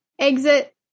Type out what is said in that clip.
exit